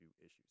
issues